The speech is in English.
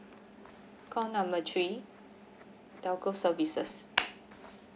call number three telco services